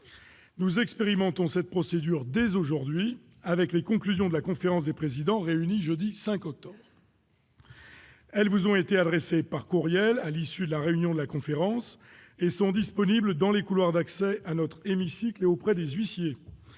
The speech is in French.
Nous expérimentons cette procédure dès aujourd'hui, avec les conclusions de la conférence des présidents réunie jeudi 5 octobre. Ces conclusions vous ont été adressées par courriel à l'issue de la réunion de la conférence et sont disponibles dans les couloirs d'accès à notre hémicycle et auprès des huissiers.